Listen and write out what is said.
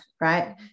right